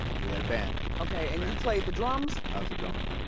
we had a band. okay, and you played the drums. i was a drummer.